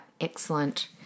Excellent